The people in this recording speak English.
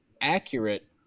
accurate